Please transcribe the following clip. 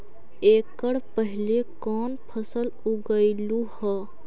एकड़ पहले कौन फसल उगएलू हा?